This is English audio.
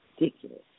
ridiculous